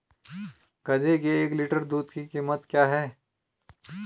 गधे के एक लीटर दूध की कीमत क्या है?